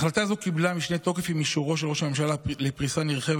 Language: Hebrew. החלטה זו קיבלה משנה תוקף עם אישורו של ראש הממשלה לפריסה נרחבת